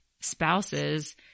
spouses